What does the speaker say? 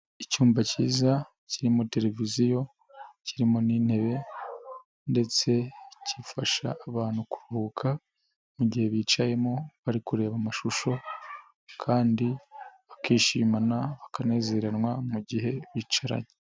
Icyumba cyiza kirimo televiziyo kirimo n'intebe ndetse kifasha abantu kuruhuka mu gihe bicayemo bari kureba amashusho kandi bakishimana, bakanezereranwa mu gihe bicaranye.